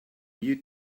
you